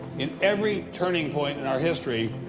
in every turning point in our history,